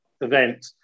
event